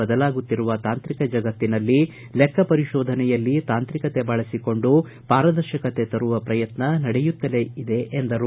ಬದಲಾಗುತ್ತಿರುವ ತಾಂತ್ರಿಕ ಜಗತ್ತಿನಲ್ಲಿ ಲೆಕ್ಕಪರಿಶೋಧನೆಯಲ್ಲಿ ತಾಂತ್ರಿಕತೆ ಬಳಸಿಕೊಂಡು ಪಾರದರ್ಶಕತೆ ತರುವ ಪ್ರಯತ್ನ ನಡೆಯುತ್ತಲೆ ಇದೆ ಎಂದರು